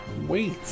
Wait